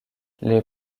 les